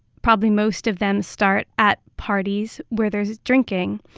probably most of them, start at parties where there's drinking.